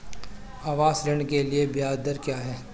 आवास ऋण के लिए ब्याज दर क्या हैं?